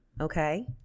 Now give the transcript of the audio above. okay